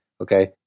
okay